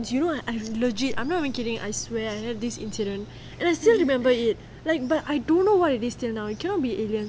you know I legit I not even kidding I swear I had this incident and I still remember it but I don't know what is it till now it cannot be alien [what]